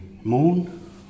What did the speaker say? moon